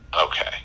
Okay